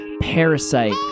Parasite